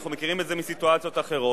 אנחנו מכירים את זה מסיטואציות אחרות,